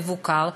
מבוקר,